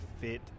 fit